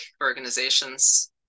organizations